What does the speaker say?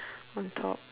on top